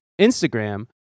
Instagram